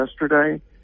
yesterday